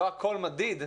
לא הכול מדיד,